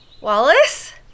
Wallace